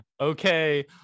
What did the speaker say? Okay